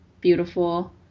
beautiful